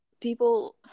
people